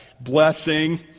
blessing